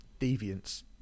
deviance